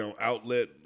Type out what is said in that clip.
outlet